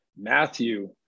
Matthew